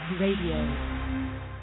Radio